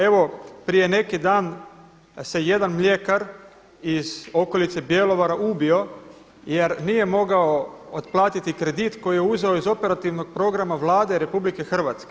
Evo prije neki dan se jedan mljekar iz okolice Bjelovara ubio jer nije mogao otplatiti kredit koji je uzeo iz Operativnog programa Vlade RH.